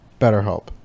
Betterhelp